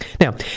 Now